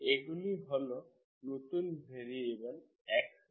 এগুলি হল নতুন ভ্যারিয়েবল X Y